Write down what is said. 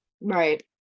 Right